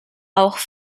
auch